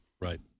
Right